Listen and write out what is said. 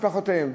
משפחותיהם.